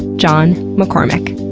john mccormack.